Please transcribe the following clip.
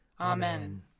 Amen